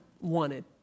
wanted